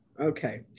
Okay